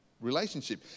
relationship